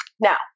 Now